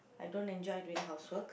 I don't enjoy doing housework